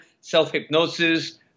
Self-Hypnosis